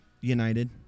United